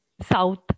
South